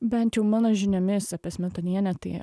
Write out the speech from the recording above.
bent jau mano žiniomis apie smetonienę tai